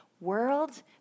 world